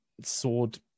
sword